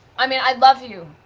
i mean, i love you,